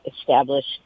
established